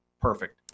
perfect